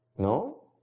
No